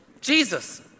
Jesus